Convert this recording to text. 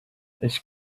ich